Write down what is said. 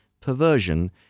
perversion